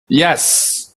yes